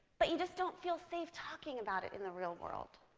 but you just don't feel safe talking about it in the real world.